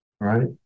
Right